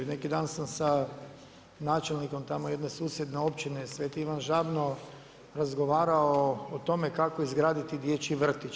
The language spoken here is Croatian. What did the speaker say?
Neki dan sam sa načelnikom tamo jedne susjedne općine Sveti Ivan Žabno razgovarao o tome kako izgraditi dječji vrtić.